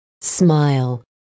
smile